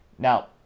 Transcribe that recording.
Now